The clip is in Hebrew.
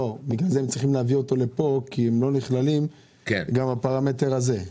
לכן הם צריכים להביא את זה לכאן כי הם לא נכללים גם בפרמטר הזה.